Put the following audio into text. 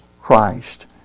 Christ